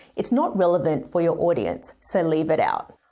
it's not relevant for your audience, so leave it out.